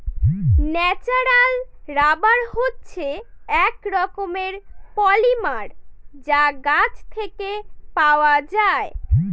natural rubber হচ্ছে এক রকমের পলিমার যা গাছ থেকে পাওয়া যায়